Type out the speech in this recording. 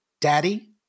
Daddy